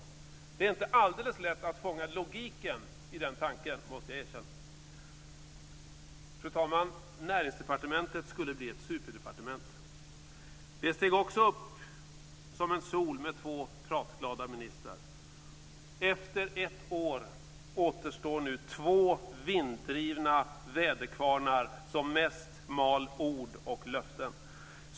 Jag måste säga att det inte är alldeles lätt att fånga logiken i den tanken. Fru talman! Näringsdepartementet skulle bli ett superdepartement. Det steg också upp som en sol med två pratglada ministrar. Efter ett år återstår nu två vinddrivna väderkvarnar, som mest mal ord och löften.